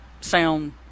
sound